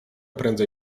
prędzej